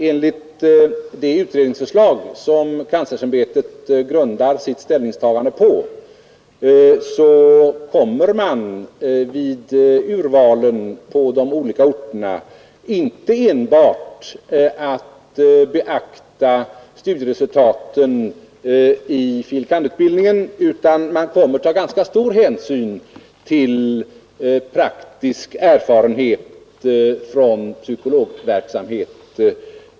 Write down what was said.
Enligt det utredningsförslag som kanslersämbetet grundar sitt ställningstagande på kommer man vid urvalen på de olika orterna inte enbart att beakta studieresultaten i utbildningen för filosofie kandidatexamen, utan man kommer även att ta ganska stor hänsyn till praktisk erfarenhet från psykologverksamhet.